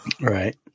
Right